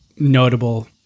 notable